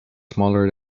smaller